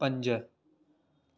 पंज